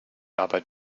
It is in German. arbeit